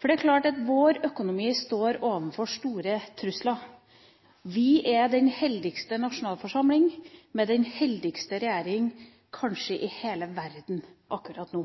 For det er klart at vår økonomi står overfor store trusler. Vi er den heldigste nasjonalforsamling, med den heldigste regjering, kanskje i hele verden akkurat nå.